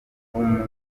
kavumu